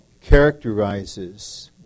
characterizes